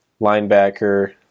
linebacker